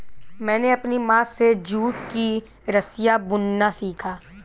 मैंने अपनी माँ से जूट की रस्सियाँ बुनना सीखा